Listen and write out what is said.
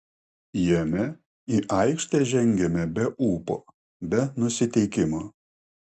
jame į aikštę žengėme be ūpo be nusiteikimo